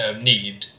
need